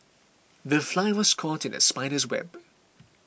the fly was caught in the spider's web